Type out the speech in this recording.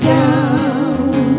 down